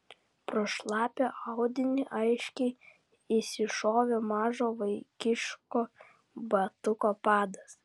pro šlapią audinį aiškiai išsišovė mažo vaikiško batuko padas